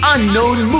Unknown